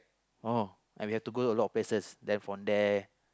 oh I have to go a lot of places then from there